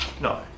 No